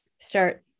start